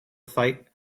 fight